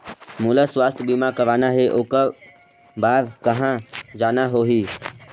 मोला स्वास्थ बीमा कराना हे ओकर बार कहा जाना होही?